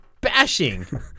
bashing